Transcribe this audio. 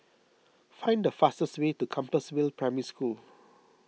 find the fastest way to Compassvale Primary School